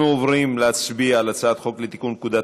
אנחנו עוברים להצביע על הצעת חוק לתיקון פקודת